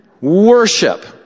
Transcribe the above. worship